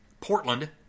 Portland